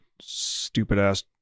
stupid-ass